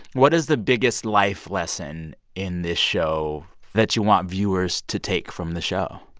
what is the biggest life lesson in this show that you want viewers to take from the show?